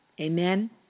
Amen